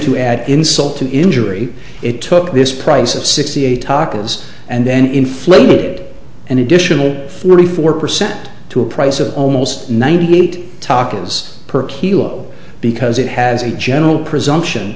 to add insult to injury it took this price of sixty eight tacos and then inflated an additional forty four percent to a price of almost ninety eight tacos per kilo because it has a general presumption